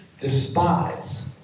despise